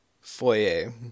foyer